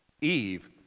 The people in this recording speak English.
Eve